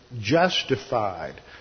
justified